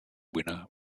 winner